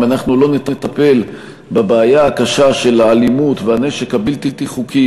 אם אנחנו לא נטפל בבעיה הקשה של האלימות והנשק הבלתי-חוקי